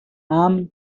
امن